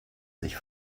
sich